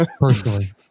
personally